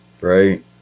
Right